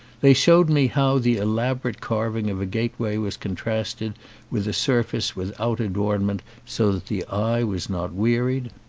they showed me how the elaborate carving of a gateway was contrasted with a surface without adornment so that the eye was not wearied.